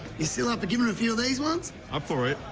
you still up for giving a few of these ones. up for it?